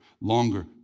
longer